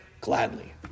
gladly